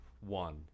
one